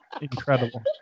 incredible